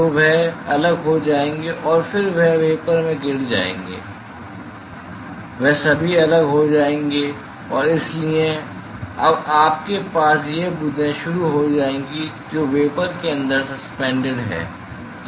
तो वे अलग हो जाएंगे और फिर वे वेपर में गिर जाएंगे वे सभी अलग हो जाएंगे और इसलिए अब आपके पास ये बूंदें शुरू हो जाएंगी जो वेपर के अंदर सस्पेंडेड हैं